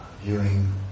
viewing